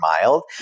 mild